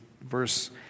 verse